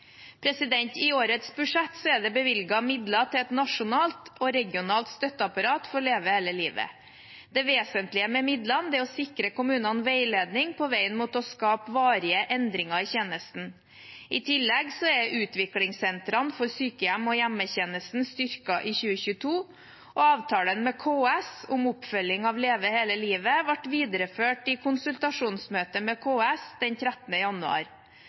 I årets budsjett er det bevilget midler til et nasjonalt og regionalt støtteapparat for Leve hele livet. Det vesentlige med midlene er å sikre kommunene veiledning på veien mot å skape varige endringer i tjenesten. I tillegg er utviklingssentrene for sykehjem og hjemmetjenesten styrket i 2022, og avtalen med KS om oppfølging av Leve hele livet ble videreført i konsultasjonsmøte med KS den 13. januar.